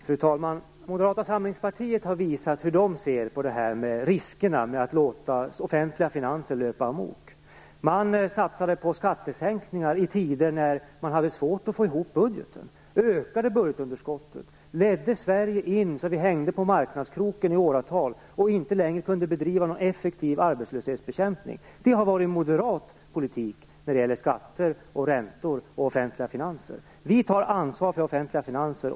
Fru talman! Moderata samlingspartiet har visat hur man ser på riskerna med att låta de offentliga finanserna löpa amok. Man satsade på skattesänkningar i tider då det var svårt att få budgeten att gå ihop. Man ökade budgetunderskottet och ledde Sverige så att vi hängde på marknadskroken i åratal och inte längre kunde bedriva en effektiv arbetslöshetsbekämpning. Det har varit moderat politik när det gäller skatter, räntor och offentliga finanser. Vi tar ansvar för de offentliga finanserna.